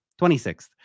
26th